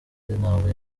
ntabwo